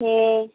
ᱦᱮᱸᱻ